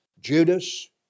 Judas